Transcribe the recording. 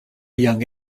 young